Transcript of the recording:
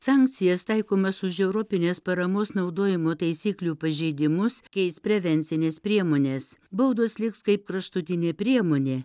sankcijas taikomas už europinės paramos naudojimo taisyklių pažeidimus keis prevencinės priemonės baudos liks kaip kraštutinė priemonė